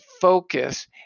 focus